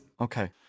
Okay